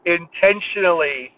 intentionally